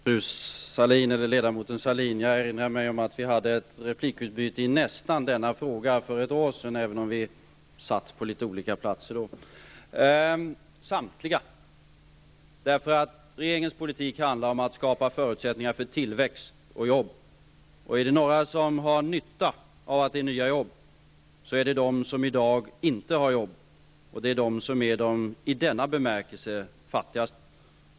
Fru talman! Jag erinrar mig, ledamoten Sahlin, att vi hade ett replikutbyte i en liknande fråga för ett år sedan. Men då hade vi inte riktigt samma platser. Mitt svar är samtliga. Regeringens politik handlar om att skapa förutsättningar för tillväxt och om att ge jobb. Är det några som har nytta av nya jobb är det de som i dag inte har något jobb. Det är dessa som i denna bemärkelse är de fattigaste.